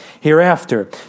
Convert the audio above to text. hereafter